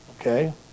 Okay